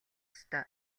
ёстой